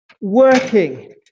working